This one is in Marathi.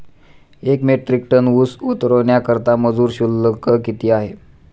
एक मेट्रिक टन ऊस उतरवण्याकरता मजूर शुल्क किती आहे?